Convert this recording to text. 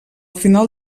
final